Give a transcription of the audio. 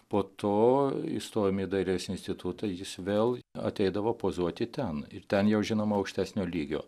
po to įstojom į dailės institutą jis vėl ateidavo pozuoti ten ir ten jau žinoma aukštesnio lygio